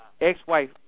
ex-wife